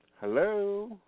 Hello